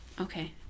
Okay